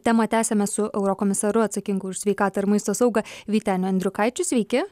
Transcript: temą tęsiame su eurokomisaru atsakingu už sveikatą ir maisto saugą vyteniu andriukaičiu sveiki